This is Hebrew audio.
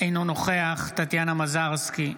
אינו נוכח טטיאנה מזרסקי,